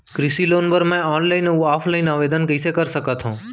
कृषि लोन बर मैं ऑनलाइन अऊ ऑफलाइन आवेदन कइसे कर सकथव?